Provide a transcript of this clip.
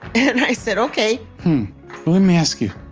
and i said, ok me ask you.